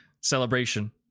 celebration